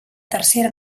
tercera